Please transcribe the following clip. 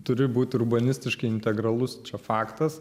turi būt urbanistiškai integralus čia faktas